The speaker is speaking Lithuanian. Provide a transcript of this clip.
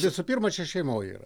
visų pirma čia šeimoj yra